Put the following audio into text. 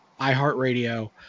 iHeartRadio